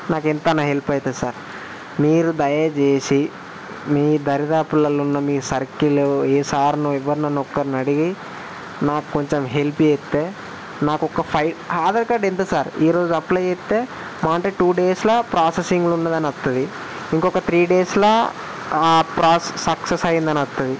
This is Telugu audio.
నాకు ఎంతైనా హెల్ప్ అవుతుంది సార్ మీరు దయచేసి మీ దరిదాపుల ఉన్న మీ సర్కిల్ ఏ సార్నో ఎవరినో ఒక్కరిని అడిగి నాకు కొంచెం హెల్ప్ చేస్తే నాకు ఒక ఫైవ్ ఆధార్ కార్డు ఎంత సార్ ఈ రోజు అప్లై చేస్తే మా అంటే టు డేస్ల ప్రాసెసింగ్లో ఉన్నదని వస్తుంది ఇంకొక త్రీ డేస్ల ప్రా సక్సెస్ అయిందని వస్తుంది